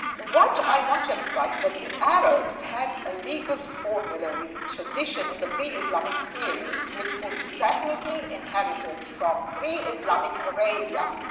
what i want to emphasize that the arabs had a legal formulary tradition in the pre-islamic period, which was definitely inherited from pre-islamic arabia.